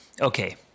Okay